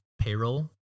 payroll